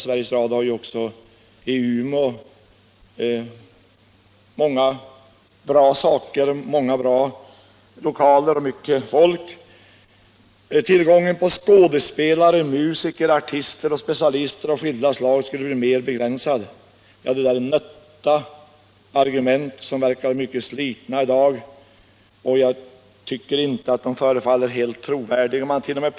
Sveriges Radio i utbildningsväsen har ju också i Umeå många bra lokaler och mycket folk. det Jag citerar vidare ur betänkandet: ”Tillgången på skådespelare, musiker, artister och specialister av skilda slag skulle bli mer begränsad.” Det är nötta och slitna argument, och jag tycker inte att de förefaller särskilt trovärdiga. Man hart.o.m.